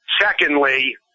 Secondly